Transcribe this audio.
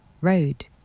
road